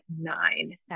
nine